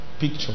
picture